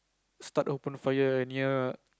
start open a fire and ya